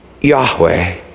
Yahweh